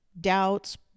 doubts